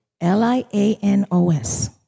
L-I-A-N-O-S